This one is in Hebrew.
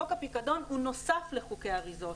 חוק הפיקדון הוא נוסף לחוקי אריזות,